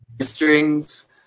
strings